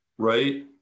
Right